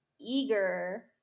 eager